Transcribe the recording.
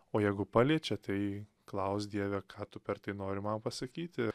o jeigu paliečia tai klausk dieve ką tu per tai nori man pasakyti